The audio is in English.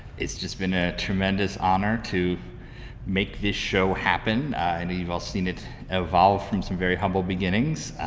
it's just been a tremendous honour to make this show happen. i know you've all seen it evolve from some very humble beginnings